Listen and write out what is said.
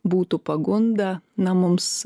būtų pagunda na mums